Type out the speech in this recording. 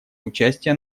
участия